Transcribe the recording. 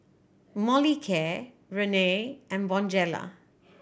Molicare Rene and Bonjela